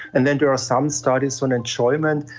and then there are some studies on enjoyment.